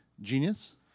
genius